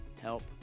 help